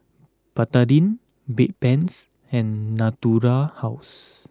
Betadine Bedpans and Natura House